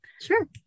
sure